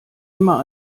immer